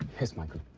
yes michael?